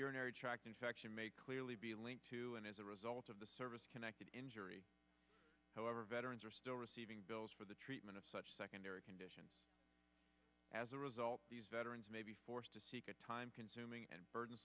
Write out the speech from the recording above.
urinary tract infection may clearly be linked to and as a result of the service connected injury however veterans are still receiving bills for the treatment of such secondary conditions as a result these veterans may be forced to seek a time consuming and burden